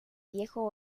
viejo